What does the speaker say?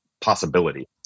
possibility